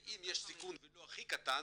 ואם יש סיכון ולו הכי קטן,